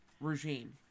regime